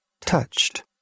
touched